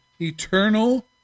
eternal